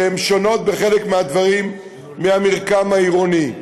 והן שונות בחלק מהדברים מהמרקם העירוני.